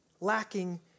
lacking